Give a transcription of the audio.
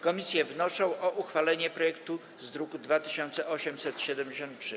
Komisje wnoszą o uchwalenie projektu ustawy z druku nr 2873.